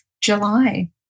July